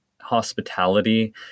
hospitality